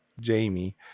Jamie